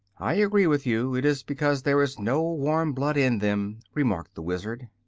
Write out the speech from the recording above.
i agree with you. it is because there is no warm blood in them, remarked the wizard.